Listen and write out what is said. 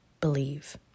believe